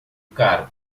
caro